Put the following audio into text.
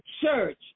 church